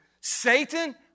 Satan